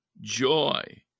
joy